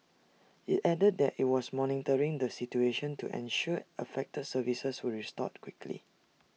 IT added that IT was monitoring the situation to ensure affected services were restored quickly